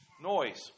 Noise